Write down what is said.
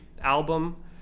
album